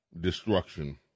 destruction